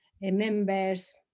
members